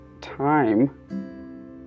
time